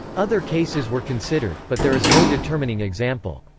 other cases were considered, but there is no determining example.